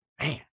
man